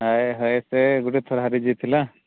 ହାଏ ହଏ ସେ ଗୁଟେ ଥର ହାରି ଜିତିଲା